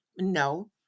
No